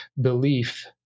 belief